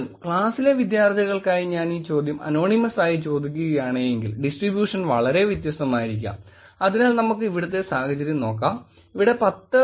വീണ്ടും ക്ലാസ്സിലെ വിദ്യാർത്ഥികൾക്കായി ഞാൻ ഈ ചോദ്യം അനോണിമസ് ആയി ചോദിക്കുകയാണെങ്കിൽ ഡിസ്ട്രിബൂഷൻ വളരെ വിത്യസ്തമായിരിക്കാം അതിനാൽ നമുക്ക് ഇവിടുത്തെ സാഹചര്യം നോക്കാം ഇവിടെ 10